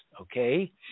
Okay